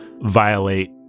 violate